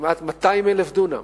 כמעט 200,000 דונם